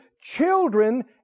Children